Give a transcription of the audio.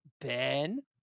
Ben